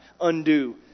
Undo